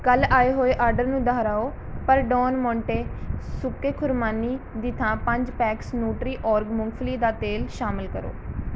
ਕੱਲ੍ਹ ਆਏ ਹੋਏ ਆਡਰ ਨੂੰ ਦੁਹਰਾਓ ਪਰ ਡੌਨ ਮੋਂਟੇ ਸੁੱਕੇ ਖੁਰਮਾਨੀ ਦੀ ਥਾਂ ਪੰਜ ਪੈਕਸ ਨੂਟਰੀਓਰਗ ਮੂੰਗਫਲੀ ਦਾ ਤੇਲ ਸ਼ਾਮਲ ਕਰੋ